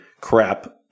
crap